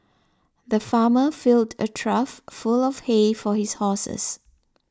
the farmer filled a trough full of he for his horses